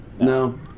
No